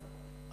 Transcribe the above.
תודה.